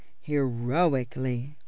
heroically